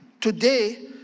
Today